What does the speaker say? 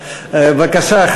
בבקשה,